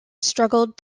struggled